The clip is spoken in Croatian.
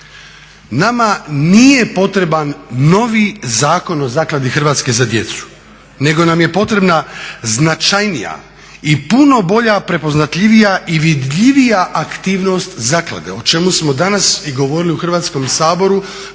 nama nije potreban novi Zakon o zakladi Hrvatska za djecu nego nam je potrebna značajnija i puno bolja, prepoznatljivija i vidljivija aktivnost zaklade o čemu smo danas i govorili u Hrvatskom saboru